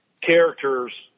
characters